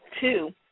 two